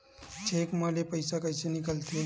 Cheque म ले पईसा कइसे निकलथे?